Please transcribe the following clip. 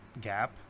gap